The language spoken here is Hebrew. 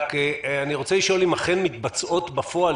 רק אני רוצה לשאול אם אכן מתבצעות בפועל